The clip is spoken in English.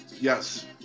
Yes